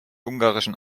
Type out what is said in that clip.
ungarischen